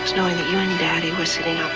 knowing that you and daddy were sitting